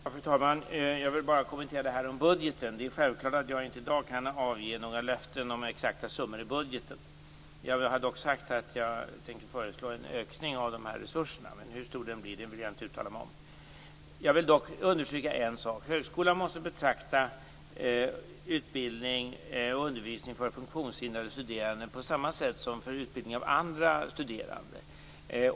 Fru talman! Jag vill bara kommentera det som sades om budgeten. Det är självklart att jag inte i dag kan avge några löften om exakta summor i budgeten. Jag har dock sagt att jag tänker föreslå en ökning av resurserna, men jag vill inte uttala mig om hur stor den blir. Jag vill dock understryka en sak. Högskolan måste betrakta utbildning och undervisning för funktionshindrade studerande på samma sätt som utbildning för andra studerande.